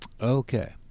okay